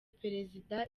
perezida